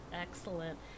Excellent